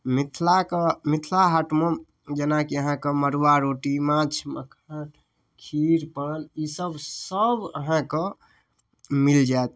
मिथिलाके मिथिला हाटमे जेनाकि अहाँके मड़ुआ रोटी माछ मखान खीर पान ईसब सब अहाँके मिलि जाएत